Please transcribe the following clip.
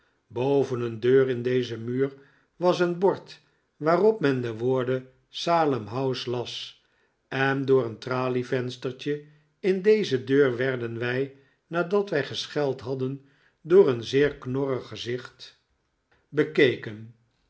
boven een deur in dezen muur was een bord waarop men de woorden salem house las en door een tralievenstertje in deze deur werden wij nadat wij gescheld hadden door een zeer knorrig gezicht